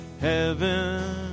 heaven